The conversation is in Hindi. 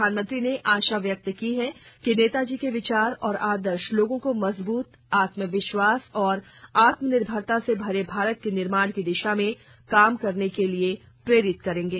प्रधानमंत्री ने आशा व्यक्त की है कि नेताजी के विचार और आदर्श लोगों को मजबूत आत्मविश्वास और आत्मनिर्भरता से भरे भारत के निर्माण की दिशा में काम करने के लिए प्रेरित करेंगे